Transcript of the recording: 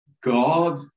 God